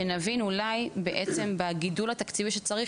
שנבין אולי בעצם בגידול התקציבי שצריך,